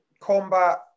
combat